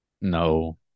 No